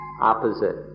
opposite